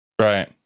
Right